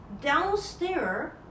downstairs